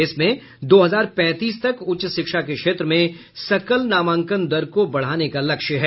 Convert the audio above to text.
इसमें दो हजार पैंतीस तक उच्च शिक्षा के क्षेत्र में सकल नामांकन दर को बढ़ाने का लक्ष्य है